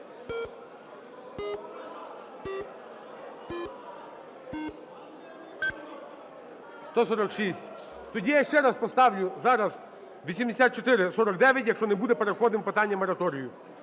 За-146 Тоді я ще раз поставлю зараз 8449. Якщо не буде, переходимо до питання мораторію.